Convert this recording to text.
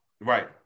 Right